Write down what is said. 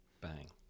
Bang